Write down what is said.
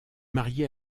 marié